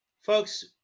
Folks